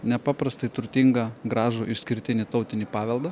nepaprastai turtingą gražų išskirtinį tautinį paveldą